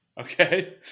Okay